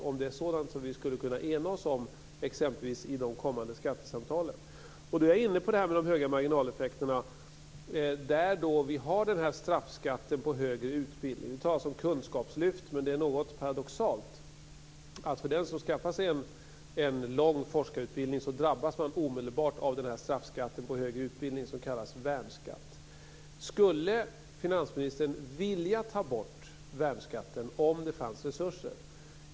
Det kanske är sådant som vi skulle kunna ena oss om t.ex. i de kommande skattesamtalen. Då är jag inne på detta med de höga marginaleffekterna. Vi har den här straffskatten på högre utbildning. Vi talar om kunskapslyft, men det är något paradoxalt att den som skaffar sig en lång forskarutbildning omedelbart drabbas av den här straffskatten på högre utbildning som kallas värnskatt. Skulle finansministern vilja ta bort värnskatten om det fanns resurser?